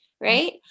Right